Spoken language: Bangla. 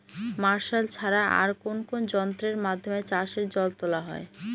মার্শাল ছাড়া আর কোন কোন যন্ত্রেরর মাধ্যমে চাষের জল তোলা হয়?